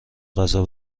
غذا